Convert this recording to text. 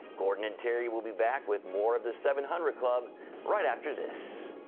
gordon and terry will be back with more of the seven hundred club right after this.